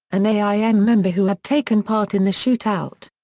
an aim member who had taken part in the shootout.